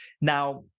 Now